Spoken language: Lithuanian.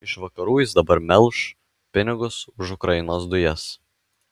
iš vakarų jis dabar melš pinigus už ukrainos dujas